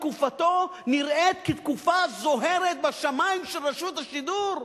תקופתו נראית כתקופה זוהרת בשמים של רשות השידור,